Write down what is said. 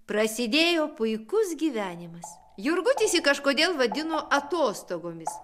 prasidėjo puikus gyvenimas jurgutis jį kažkodėl vadino atostogomis